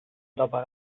dabei